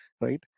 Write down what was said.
right